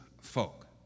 folk